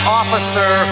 officer